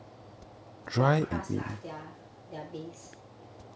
their crust lah their their base